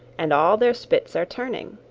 and all their spits are turning.